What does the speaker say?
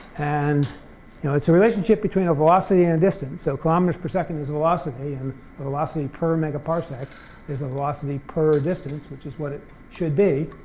and you know it's a relationship between a velocity and distance, so kilometers per second is velocity and but velocity per megaparsec is the velocity per distance, which is what it should be.